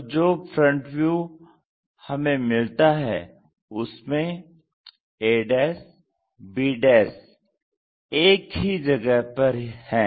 तो जो front view हमें मिलता है उसमें a b एक ही जगह पर है